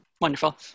Wonderful